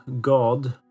god